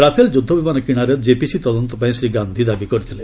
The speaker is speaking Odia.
ରାଫେଲ ଯୁଦ୍ଧବିମାନ କିଣାର ଜେପିସି ତଦନ୍ତ ପାଇଁ ଶ୍ରୀ ଗାନ୍ଧୀ ଦାବି କରିଥିଲେ